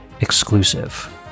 Exclusive